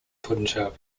punjab